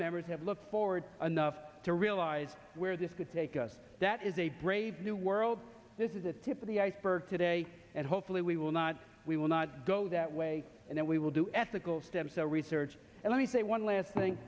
members have looked forward to realize where this could take us that is a brave new world this is a tip of the iceberg today and hopefully we will not we will not go that way and that we will do ethical stem cell research and let me say one last thing